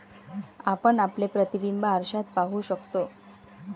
आपण आपले प्रतिबिंब आरशात पाहू शकतो